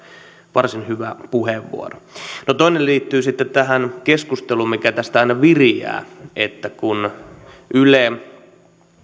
varsin hyvä puheenvuoro toinen huomio liittyy sitten tähän keskusteluun mikä tästä aina viriää yle